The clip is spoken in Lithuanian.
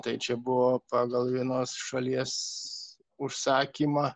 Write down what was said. tai čia buvo pagal vienos šalies užsakymą